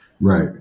Right